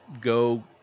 go –